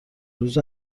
روز